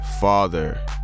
father